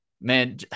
man